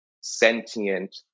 sentient